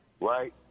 right